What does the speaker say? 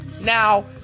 Now